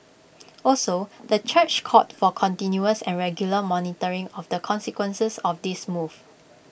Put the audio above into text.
also the church called for continuous and regular monitoring of the consequences of this move